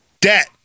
Debt